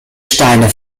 steine